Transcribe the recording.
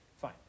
fine